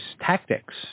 tactics